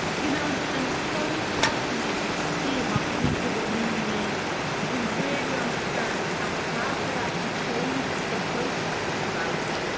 you know and so fascinating to see how people were leaning in to really understanding how the cloud could actually change the process of development.